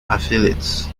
affiliates